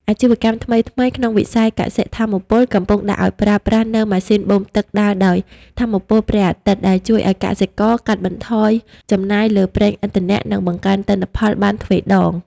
អាជីវកម្មថ្មីៗក្នុងវិស័យកសិ-ថាមពល កំពុងដាក់ឱ្យប្រើប្រាស់នូវម៉ាស៊ីនបូមទឹកដើរដោយថាមពលព្រះអាទិត្យ ដែលជួយឱ្យកសិករកាត់បន្ថយចំណាយលើប្រេងឥន្ធនៈ និងបង្កើនទិន្នផលបានទ្វេដង។